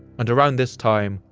and around this time,